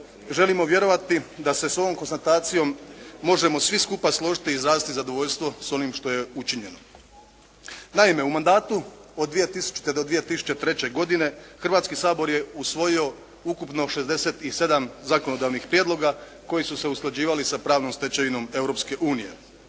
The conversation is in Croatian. želimo vjerovati da se s ovom konstatacijom možemo svi skupa složiti i izraziti zadovoljstvo s onim što je učinjeno. Naime, u mandatu od 2000. do 2003. godine Hrvatski sabor je usvojio ukupno 67 zakonodavnih prijedloga koji su se usklađivali sa pravnom stečevinom